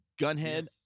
Gunhead